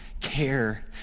care